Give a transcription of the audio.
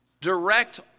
direct